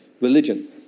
religion